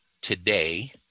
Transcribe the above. today